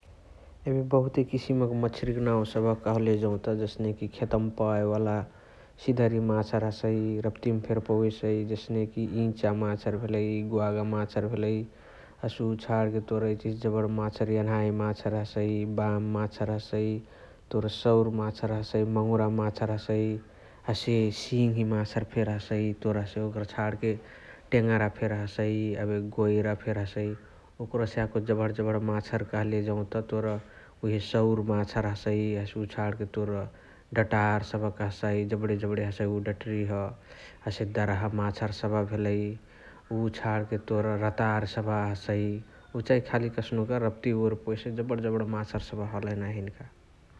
एबे बहुते किसिम क माछारिक नाउ सबह कहाँले जौत हस्नेकी खेतवा मा पवावे वाला सिधरी माछर हसइ रप्तिया मा फेरी पवेसइ जस्ने कि इचा माछर भेलइ, ग्वागा माछर भेलइ । हसे उअ छाणके तोर इचिहिची जबणा माचारी एनहाइ माछर हसइ, बाम माछर हसइ । तोर सौर माछर हसइ, मङुरा माछर हसइ । हसे सिङ्ही माछर हसइ । तोर हसे ओकर छ्णके टेङरा फेरी हसइ । एबे गोइरा फेरी हसइ । ओकरहुसे याको जबहण जबहणा माछर कहाँले जौत तोर उहे सौर माछर हसइ, हसे उअ छणके तोर डटार सबह कहसाइ जबणे जबणे हसइ उ डटरियह । हसे दर्हा माछर सबह भेलइ । उअ छणके तोर रतार सबह हसइ । उ चाइ खाली कस्नुक राप्तीया वोरी पवेसइ जबण जबण माछर सबह हलही नाही हिनिका ।